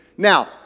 Now